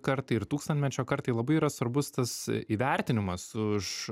kartai ir tūkstantmečio kartai labai yra svarbus tas įvertinimas už